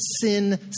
sin